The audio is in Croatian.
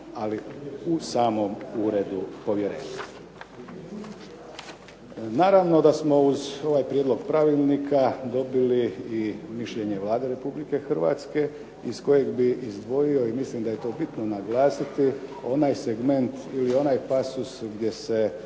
ali u samom uredu povjerenstva. Naravno da smo uz ovaj prijedlog pravilnika dobili i mišljenje Vlade Republike Hrvatske iz kojeg bih izdvojio i mislim da je to bitno naglasiti onaj segment ili onaj pasos gdje se